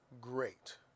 great